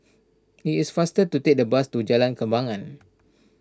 it is faster to take the bus to Jalan Kembangan